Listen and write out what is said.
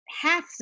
half